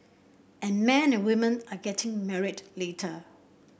and men and women are getting married later